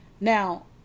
now